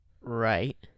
Right